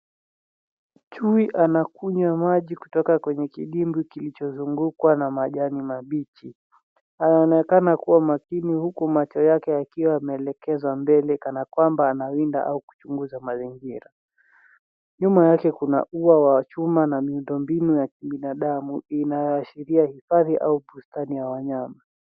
Chui anakunywa maji kutoka kwenye kidimbwi kilichozungukwa na majani mabichi. Anaonekana kuwa makini huku macho yake yakiwa yameelekezwa mbele kana kwamba anawinda au kuchunguza mazingira. Nyuma yake kuna ua wa chuma na miundombinu ya kibinadamu inayoashiria hifadhi au bustani ya wanyama.